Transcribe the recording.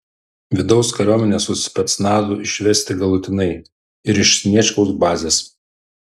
vidaus kariuomenę su specnazu išvesti galutinai ir iš sniečkaus bazės